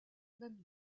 même